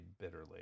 bitterly